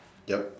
yup